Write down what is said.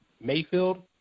Mayfield